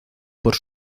por